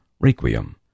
Requiem